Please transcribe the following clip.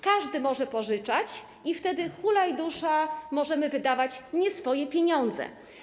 Każdy może pożyczać i wtedy hulaj dusza, możemy wydawać nie swoje pieniądze.